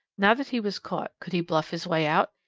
now that he was caught, could he bluff his way out?